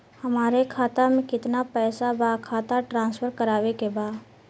हमारे खाता में कितना पैसा बा खाता ट्रांसफर करावे के बा?